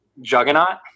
Juggernaut